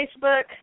Facebook